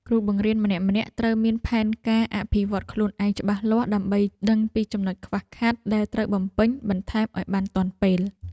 គ្រូបង្រៀនម្នាក់ៗត្រូវមានផែនការអភិវឌ្ឍខ្លួនឯងច្បាស់លាស់ដើម្បីដឹងពីចំណុចខ្វះខាតដែលត្រូវបំពេញបន្ថែមឱ្យបានទាន់ពេល។